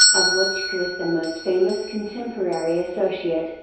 of which coue is the most famous contemporary associate,